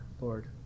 lord